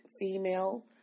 female